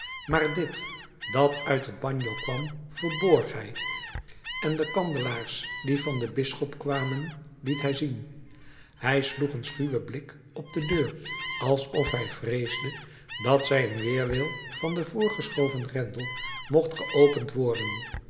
maar dit dat uit het bagno kwam verborg hij en de kandelaars die van den bisschop kwamen liet hij zien hij sloeg een schuwen blik op de deur alsof hij vreesde dat zij in weerwil van den voorgeschoven grendel mocht geopend worden